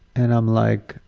and i'm like,